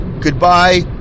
goodbye